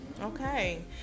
Okay